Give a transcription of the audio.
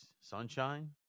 sunshine